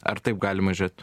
ar taip galima žiūrėt